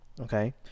Okay